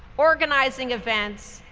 organizing events,